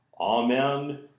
Amen